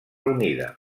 unida